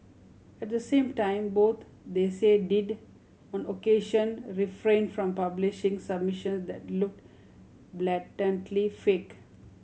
at the same time both they say did on occasion refrain from publishing submission that looked blatantly fake